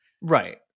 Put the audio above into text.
Right